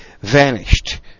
vanished